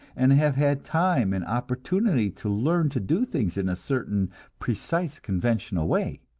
and have had time and opportunity to learn to do things in a certain precise conventional way.